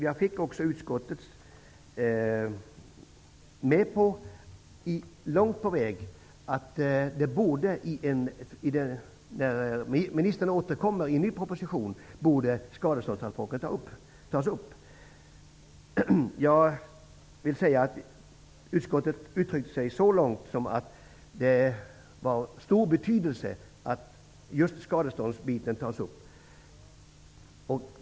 Jag fick också med utskottet en bra bit på vägen om att när ministern återkommer med en ny proposition bör skadeståndsanspråken tas upp. Utskottet uttalade så mycket som att det är av stor betydelse att just frågan om skadestånd tas upp.